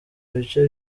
bice